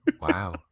Wow